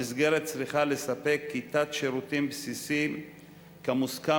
המסגרת צריכה לספק כיתת שירותים בסיסיים כמוסכם